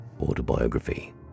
autobiography